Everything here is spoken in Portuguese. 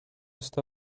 está